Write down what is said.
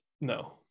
No